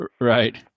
right